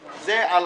הישיבה ננעלה בשעה